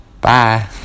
Bye